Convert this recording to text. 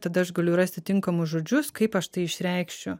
tada aš galiu rasti tinkamus žodžius kaip aš tai išreikšiu